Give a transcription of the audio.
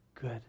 good